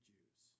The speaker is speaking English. Jews